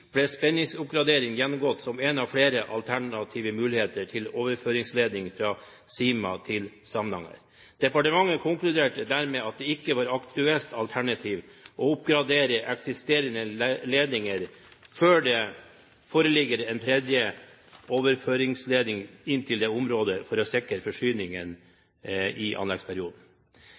ble spenningsoppgradering gjennomgått som en av flere alternative muligheter til overføringsledning fra Sima til Samnanger. Departementet konkluderte der med at det ikke var et aktuelt alternativ å oppgradere eksisterende ledninger før det foreligger en tredje overføringsledning inn til det området for å sikre forsyningen i anleggsperioden.